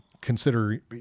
consider